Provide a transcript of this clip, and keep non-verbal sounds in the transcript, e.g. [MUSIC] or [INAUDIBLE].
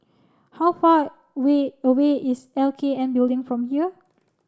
how far [UNINTELLIGIBLE] way away is L K N Building from here